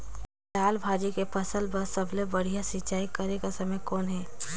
लाल भाजी के फसल बर सबले बढ़िया सिंचाई करे के समय कौन हे?